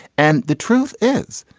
and the truth is,